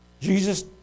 Jesus